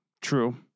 True